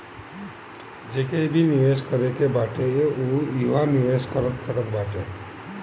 जेके भी निवेश करे के बाटे उ इहवा निवेश कर सकत बाटे